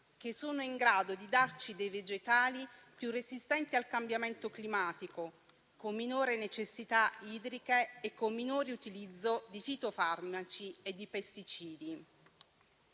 che sono in grado di darci vegetali più resistenti al cambiamento climatico, con minore necessità idrica e con minore utilizzo di fitofarmaci e pesticidi.